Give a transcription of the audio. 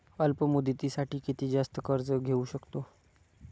अल्प मुदतीसाठी किती जास्त कर्ज घेऊ शकतो?